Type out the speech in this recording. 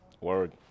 Word